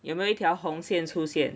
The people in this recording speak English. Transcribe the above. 有没有一条红线出现